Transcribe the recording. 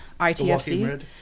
ITFC